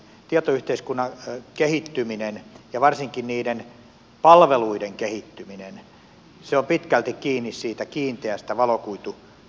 tietoyhteiskunnan kehittyminen ja varsinkin niiden palveluiden kehittyminen on pitkälti kiinni siitä kiinteästä valokuituverkosta